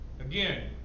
Again